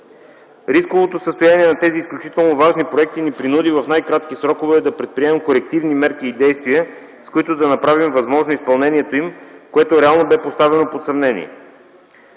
Рисковото състояние на тези изключително важни проекти ни принуди в най-кратки срокове да предприемем корективни мерки и действия, с които да направим възможно изпълнението им, което реално бе поставено под съмнение.